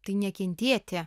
tai nekentėt